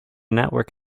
network